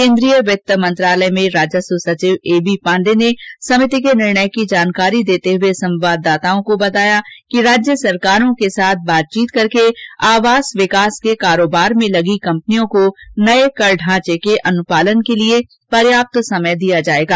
केन्द्रीय वित्त मंत्रालय में राजस्व सचिव ए बी पांडे ने समिति के निर्णय की जानकारी देते हुए संवाददाताओं से कहा कि राज्य सरकारों के साथ बातचीत करके आवास विकास के कारोबार में लगी कंपनियों को नए कर ढांचे के अनुपालन के लिए पर्याप्त समय दिया जाएगा